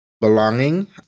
Belonging